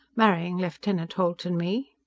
marrying lieutenant holt and me?